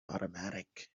automatic